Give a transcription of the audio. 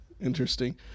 interesting